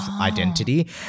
identity